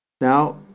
Now